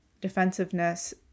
defensiveness